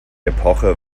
epoche